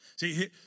See